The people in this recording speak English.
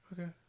Okay